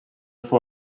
fou